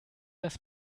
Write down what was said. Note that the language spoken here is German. das